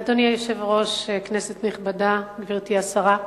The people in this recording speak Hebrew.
אדוני היושב-ראש, כנסת נכבדה, גברתי השרה,